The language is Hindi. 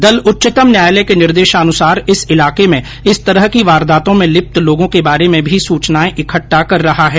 दल उच्चतम न्यायालय के निर्देशानुसार इस इलाके में इस तरह की वारदातों में लिप्त लोगों के बारे में भी सूचनाएं इकट़ठा कर रहा है